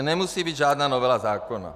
Nemusí být žádná novela zákona.